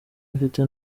mfite